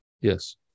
yes